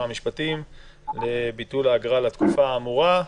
המשפטים לביטול האגרה לתקופה האמורה.